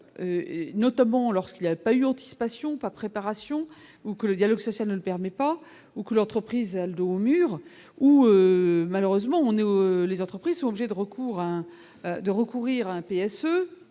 notamment lorsqu'il y a pas eu anticipation pas préparation ou que le dialogue social ne permet pas aux couleurs entreprise a le dos au mur, où malheureusement on ne les entreprises, objet de recours à de recourir à un PSE